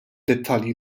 dettalji